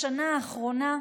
בשנה האחרונה,